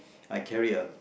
I carry a